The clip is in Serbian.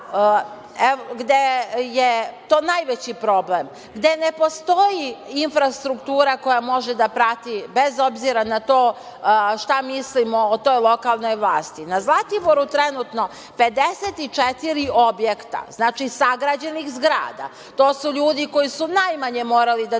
gde je to najveći problem, gde ne postoji infrastruktura koja može da prati, bez obzira na to šta mislimo o toj lokalnoj vlasti? Na Zlatiboru trenutno 54 objekta, znači, sagrađenih zgrada, to su ljudi koji su najmanje morali da daju